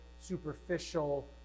superficial